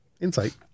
insight